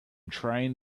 trying